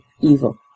evil